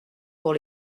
pour